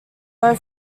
low